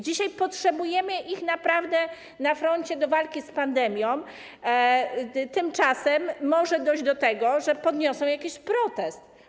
Dzisiaj potrzebujemy ich naprawdę na froncie do walki z pandemią, tymczasem może dojść do tego, że podniosą jakiś protest.